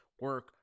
Work